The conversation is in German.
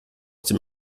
dem